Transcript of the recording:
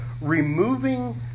removing